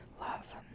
Love